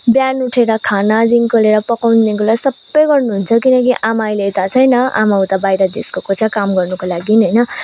बिहान उठेर खानादेखिको लिएर पकाउनुदेखिको लिएर सबै गर्नुहुन्छ किनकि आमा अहिले यता छैन आमा उता बाहिर देश गएको छ काम गर्नुको लागि होइन